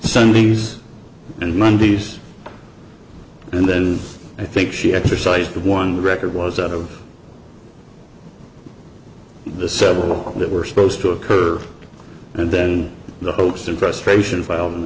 sundays and mondays and then i think she exercised one record was out of the several that were supposed to occur and then in the hopes of frustration filed an